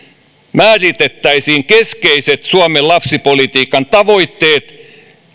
määritettäisiin keskeiset suomen lapsipolitiikan tavoitteet